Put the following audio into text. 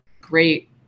great